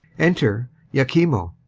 enter iachimo